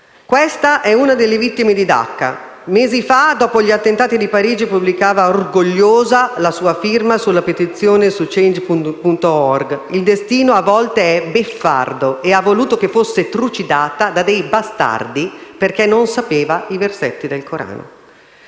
«Questa è una delle vittime italiane a Dacca. Mesi fa, dopo l'attentato di Parigi, pubblicava orgogliosa la sua firma alla petizione su Change.org. Il destino a volte è beffardo e ha voluto che finisse trucidata da dei "bastardi" perché non sapeva i versetti del Corano».